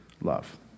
love